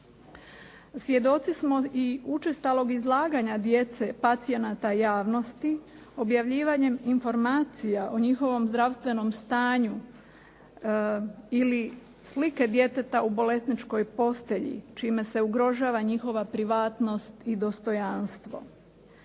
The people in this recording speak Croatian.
Svjedoci smo i učestalog izlaganja djece, pacijenata javnosti objavljivanjem informacija o njihovom zdravstvenom stanju ili slike djeteta u bolesničkoj postelji čime se ugrožava njihova privatnost i dostojanstvo.